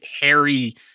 hairy